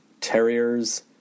Terriers